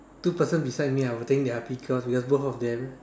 two person beside me I would think they are peacocks because both of them